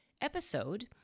episode